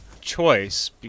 choice